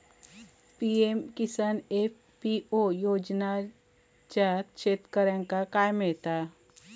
PM Kisan FPO योजनाच्यात शेतकऱ्यांका काय मिळता?